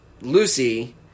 Lucy